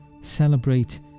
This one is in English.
celebrate